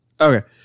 Okay